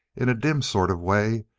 in a dim sort of way,